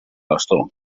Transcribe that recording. bastó